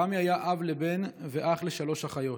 רמי היה אב לבן ואח לשלוש אחיות.